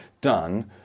done